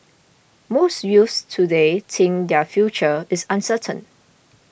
most youths today think their future is uncertain